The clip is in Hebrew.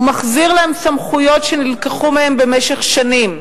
ומחזיר להם סמכויות שנלקחו מהם במשך שנים,